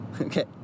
okay